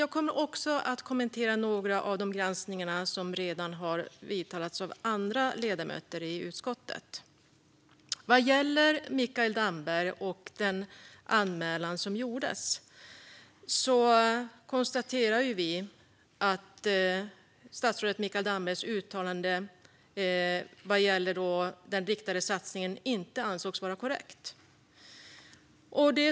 Jag kommer också att kommentera några av de granskningar som redan har berörts av andra ledamöter i utskottet. Vad gäller Mikael Damberg och den anmälan som gjordes konstaterar vi att statsrådet Mikael Dambergs uttalande om den riktade satsningen inte ansågs vara korrekt.